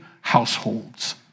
households